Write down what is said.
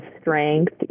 strength